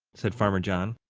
said farmer john.